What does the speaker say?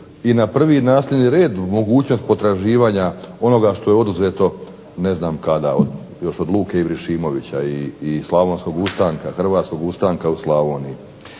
i na prvi nasljedni red mogućnost potraživanja onoga što je oduzeto ne znam kada još od Luke Ibrešimovića i Hrvatskog ustanka u Slavoniji.